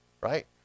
right